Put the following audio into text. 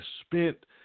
spent